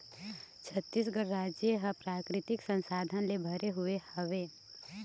छत्तीसगढ़ राज ह प्राकृतिक संसाधन ले भरे हुए हवय